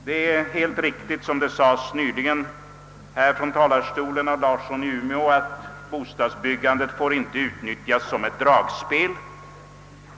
Det är helt riktigt — som herr Larsson i Umeå nyligen sade från talarstolen — att bostadsbyggandet inte får utnyttjas som ett dragspel.